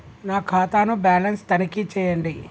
నా ఖాతా ను బ్యాలన్స్ తనిఖీ చేయండి?